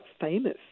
famous